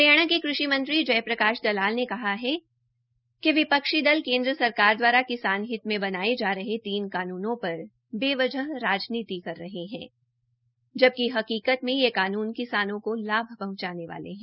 हरियाणा के कृषि मंत्री जय प्रकाश दलाल ने कहा है कि विपक्षी दल केन्द्र सरकार द्वारा किसान हित में बनाये जा रहे तीन कानूनों पर बेवजह राजनीति कर रहे है जबकि हकीकत में यह कानून किसानों को लाभ पहंचाने वाले है